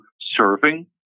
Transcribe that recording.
serving